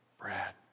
Brad